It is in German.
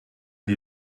die